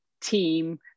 team